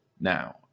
now